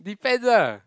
depends ah